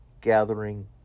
gathering